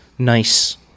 Nice